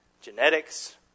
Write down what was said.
genetics